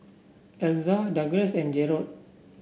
Elza Douglas and Jerod